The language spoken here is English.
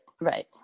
Right